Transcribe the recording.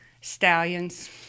Stallions